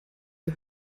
wir